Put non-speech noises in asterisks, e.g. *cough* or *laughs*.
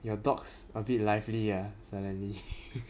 your dogs a bit lively ah suddenly *laughs*